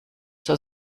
zur